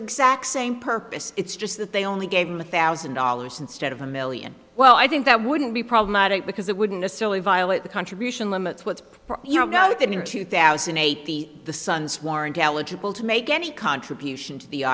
exact same purpose it's just that they only gave him a thousand dollars instead of a million well i think that wouldn't be problematic because it wouldn't necessarily violate the contribution limits what you know that in two thousand and eight the the son swore intelligible to make any contribution to the